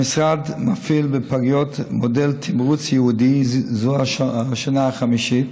המשרד מפעיל בפגיות מודל תמרוץ ייעודי זו השנה החמישית,